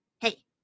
hey